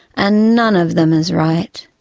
and none of them is right.